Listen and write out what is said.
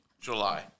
July